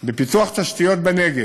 בפיתוח תשתיות בנגב,